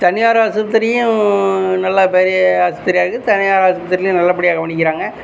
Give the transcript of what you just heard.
தனியார் ஆஸ்பத்திரியும் நல்லா பெரிய ஆஸ்பத்திரியாக இருக்கு தனியார் ஆஸ்பத்திரிலையும் நல்லபடியாக கவனிக்கிறாங்க